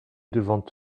devant